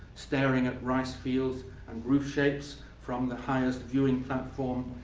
staring at rice fields and roof sheds from the highest viewing platform,